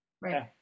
Right